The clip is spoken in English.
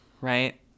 right